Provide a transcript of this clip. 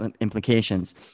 implications